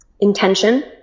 intention